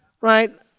right